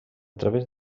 través